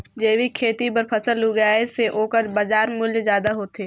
जैविक खेती बर फसल उगाए से ओकर बाजार मूल्य ज्यादा होथे